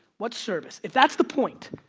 what service? if that's the point,